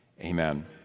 amen